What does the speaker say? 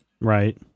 Right